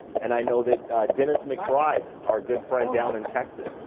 and i know that dennis mcbride, our good friend down in texas,